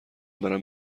برم